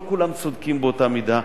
לא כולן צודקות באותה מידה.